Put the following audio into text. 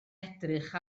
edrych